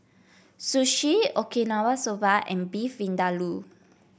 Sushi Okinawa Soba and Beef Vindaloo